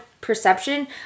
perception